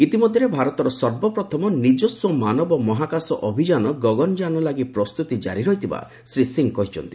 ଇତିମଧ୍ୟରେ ଭାରତର ସର୍ବପ୍ରଥମ ନିଜସ୍ୱ ମାନବ ମହାକାଶ ଅଭିଯାନ ଗଗନଯାନ ଲାଗି ପ୍ରସ୍ତୁତି ଜାରି ରହିଥିବା ମନ୍ତ୍ରୀ ଶ୍ରୀ ସିଂ କହିଛନ୍ତି